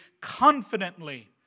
confidently